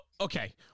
okay